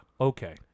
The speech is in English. Okay